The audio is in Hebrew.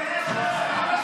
בושה.